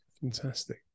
Fantastic